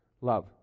love